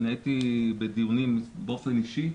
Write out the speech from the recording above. אני הייתי בדיונים באופן אישי,